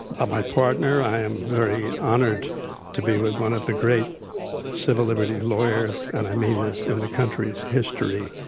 ah my partner, i am very honored to be with one of the great civil liberties lawyers, and i mean this, in the country's history,